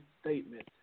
statement